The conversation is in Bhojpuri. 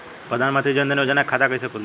प्रधान मंत्री जनधन योजना के खाता कैसे खुली?